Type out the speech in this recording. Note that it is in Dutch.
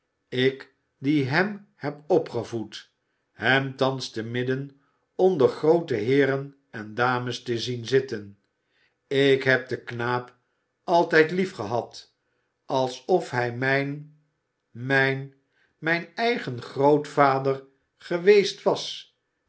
ik die hem heb opgevoed hem thans te midden onder groote heeren en dames te zien zitten ik heb den knaap altijd liefgehad alsof hij mijn mijn mijn eigen grootvader geweest was